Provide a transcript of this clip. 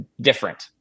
different